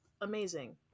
amazing